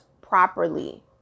properly